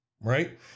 Right